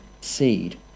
seed